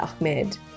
Ahmed